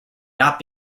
not